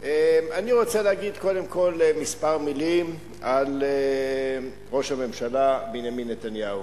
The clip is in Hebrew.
אני רוצה להגיד קודם כול כמה מלים על ראש הממשלה בנימין נתניהו.